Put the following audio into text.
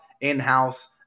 in-house